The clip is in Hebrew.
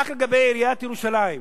רק לגבי עיריית ירושלים.